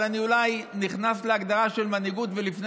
אני אולי נכנס להגדרה של מנהיגות ולפני